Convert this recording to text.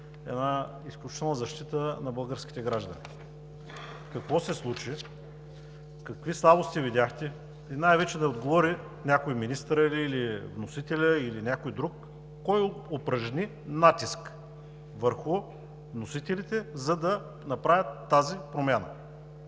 една изключителна защита на българските граждани?! Какво се случи, какви слабости видяхте и най-вече да отговори някой – министърът или вносителят, или някой друг: кой упражни натиск върху вносителите, за да направят тази промяна?